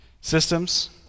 Systems